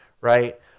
right